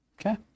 Okay